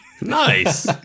nice